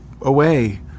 away